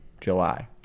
July